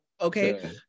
okay